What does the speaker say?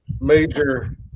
major